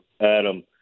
Adam